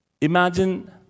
Imagine